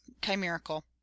chimerical